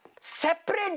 separate